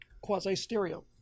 quasi-stereo